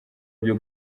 byo